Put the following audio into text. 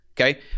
okay